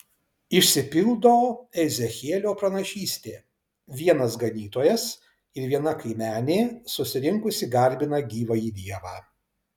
išsipildo ezechielio pranašystė vienas ganytojas ir viena kaimenė susirinkusi garbina gyvąjį dievą